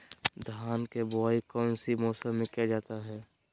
धान के बोआई कौन सी मौसम में किया जाता है?